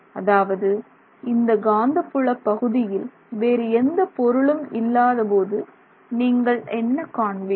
அதாவது இந்த காந்தப்புல பகுதியில் வேறு எந்த பொருளும் இல்லாத போது நீங்கள் என்ன காண்பீர்கள்